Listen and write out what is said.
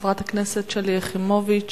חברת הכנסת שלי יחימוביץ,